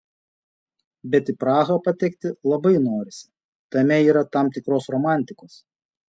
bet į prahą patekti labai norisi tame yra tam tikros romantikos